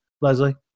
Leslie